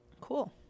cool